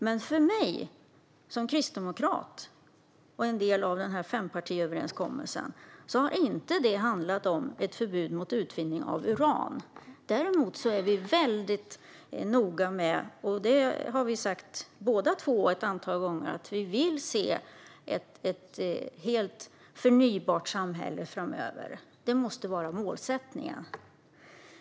Men för mig som kristdemokrat och en del av fempartiöverenskommelsen har det inte handlat om ett förbud mot utvinning av uran. Vi har båda två sagt ett antal gånger att vi vill se ett helt förnybart samhälle framöver; det måste vara målsättningen.